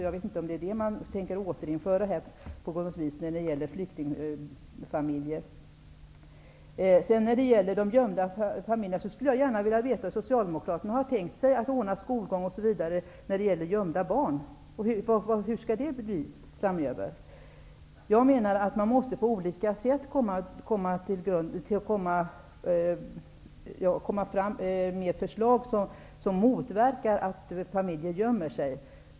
Jag vet inte om det är det som man vill återinföra. Jag skulle gärna vilja veta hur Socialdemokraterna har tänkt sig att ordna skolgång o.d. för gömda barn. Hur skall det gå till? Man måste på olika sätt komma fram till förslag som motverkar att familjer gömmer sig.